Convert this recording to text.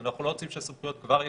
אבל אנחנו לא רוצים שהסמכויות כבר יקומו.